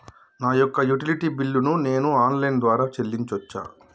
నా యొక్క utility bill ను నేను ఆన్ లైన్ ద్వారా చెల్లించొచ్చా?